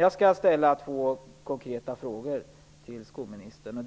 Jag skall ställa två konkreta frågor till skolministern.